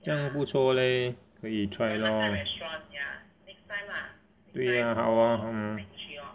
这样不错 leh 可以 try lor 对 lah 好 lor hmm